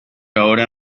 ahora